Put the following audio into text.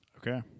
Okay